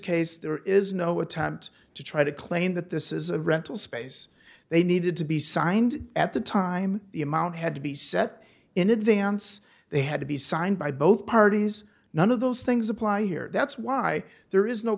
case there is no attempt to try to claim that this is a rental space they needed to be signed at the time the amount had to be set in advance they had to be signed by both parties none of those things apply here that's why there is no